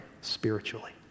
spiritually